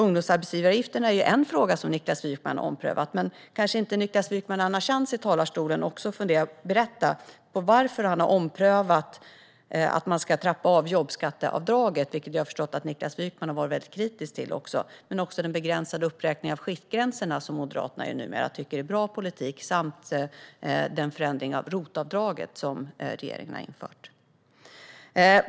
Ungdomsarbetsgivaravgifterna är en fråga som Niklas Wykman omprövat. Nu när han har chansen i talarstolen kanske han också kan berätta varför han har omprövat nedtrappningen av jobbskatteavdraget, som jag har förstått att han har varit väldigt kritisk till, men också den begränsade uppräkningen av skiktgränserna, som Moderaterna numera tycker är bra politik, och den förändring av ROT-avdraget som regeringen har infört.